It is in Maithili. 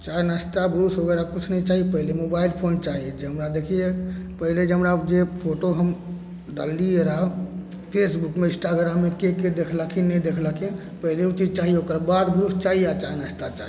चाय नाश्ता ब्रुश वगैरह किछु नहि चाही पहिले मोबाइल फोन चाही जे हमरा देखिए पहिले जे हमरा जे फोटो हम डाललिए रहै फेसबुकमे इन्स्टाग्राममे के के देखलखिन नहि देखलखिन पहिले ओ चीज चाही ओकर बाद ब्रुश चाही या चाय नाश्ता चाही